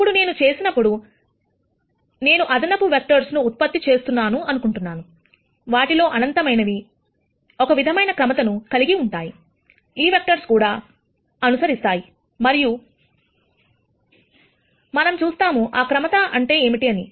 ఇప్పుడు నేను చేసినప్పుడు నేను అదనపు వెక్టర్స్ ను ఉత్పత్తి చేస్తున్నాను అనుకుంటున్నాను వాటిలో అనంతమైనవి ఒక విధమైన క్రమతను కలిగి ఉంటాయి ఈ వెక్టర్స్ కూడా అనుసరిస్తాయి మరియు మనం చూస్తాం ఆ క్రమత ఏమిటి అని